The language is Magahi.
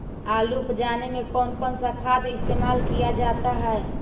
आलू उप जाने में कौन कौन सा खाद इस्तेमाल क्या जाता है?